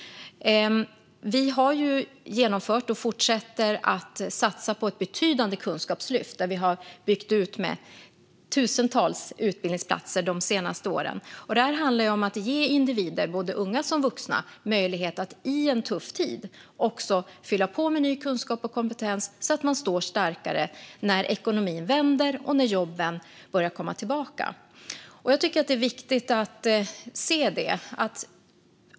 Vi har genomfört och fortsätter att satsa på ett betydande kunskapslyft, vilket vi har byggt ut med tusentals utbildningsplatser de senaste åren. Det handlar om att ge individer, både unga och vuxna, möjlighet att i en tuff tid fylla på med ny kunskap och kompetens så att man står starkare när ekonomin vänder och jobben börjar komma tillbaka.